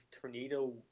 tornado